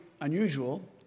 unusual